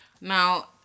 Now